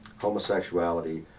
homosexuality